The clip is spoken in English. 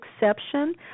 exception